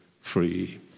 free